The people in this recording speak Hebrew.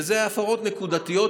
ואלה הפרות נקודתיות,